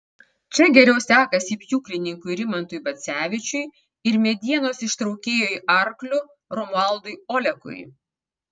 čia geriau sekasi pjūklininkui rimantui bacevičiui ir medienos ištraukėjui arkliu romualdui olekui